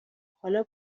حالا